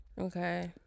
Okay